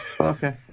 Okay